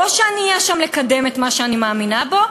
או שאני אהיה שם לקדם את מה שאני מאמינה בו,